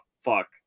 fuck